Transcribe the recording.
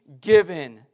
given